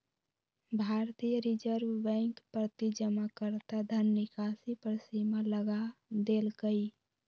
भारतीय Reserve Bank प्रति जमाकर्ता धन निकासी पर सीमा लगा देलकइ